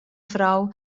frau